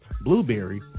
blueberry